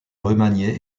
remaniée